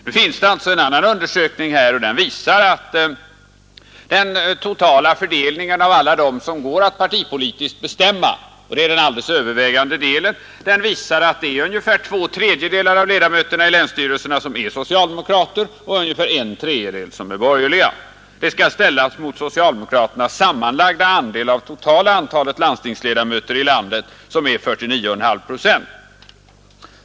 Nu finns det alltså en annan undersökning här som visar att av det totala antalet ledamöter i länsstyrelserna som går att partipolitiskt bestämma — och det är den alldeles övervägande delen — är ungefär två tredjedelar socialdemokrater och en tredjedel borgerliga. Det skall ställas mot socialdemokraternas sammanlagda andel av det totala antalet landstingsledamöter i landet som är 49,5 procent.